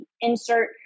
insert